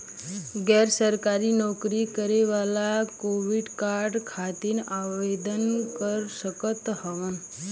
गैर सरकारी नौकरी करें वाला क्रेडिट कार्ड खातिर आवेदन कर सकत हवन?